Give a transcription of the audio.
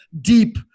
deep